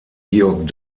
georg